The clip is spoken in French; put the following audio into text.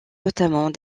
notamment